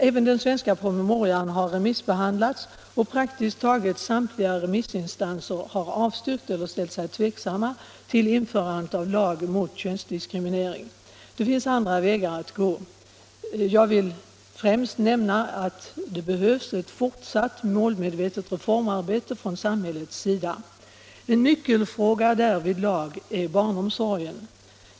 Även den svenska promemorian har remissbehandlats, och praktiskt taget samtliga remissinstanser har avstyrkt eller ställt sig tveksamma till införandet av lag mot könsdiskriminering. Det finns andra vägar att gå. Jag vill främst nämna att det behövs ett fortsatt målmedvetet reformarbete från samhällets sida. En nyckelfråga därvidlag är barnomsorgen.